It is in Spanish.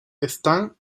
están